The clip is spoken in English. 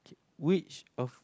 which of